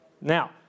Now